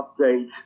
update